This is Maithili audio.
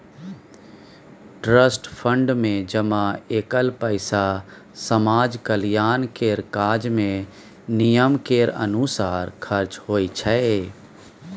ट्रस्ट फंड मे जमा कएल पैसा समाज कल्याण केर काज मे नियम केर अनुसार खर्च होइ छै